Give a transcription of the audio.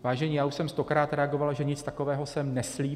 Vážení, já už jsem stokrát reagoval, že nic takového jsem neslíbil.